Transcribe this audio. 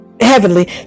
heavenly